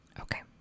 Okay